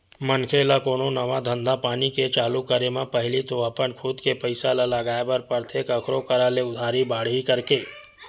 मनखे ल कोनो नवा धंधापानी के चालू करे म पहिली तो अपन खुद के पइसा ल लगाय बर परथे कखरो करा ले उधारी बाड़ही करके